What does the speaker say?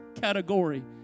category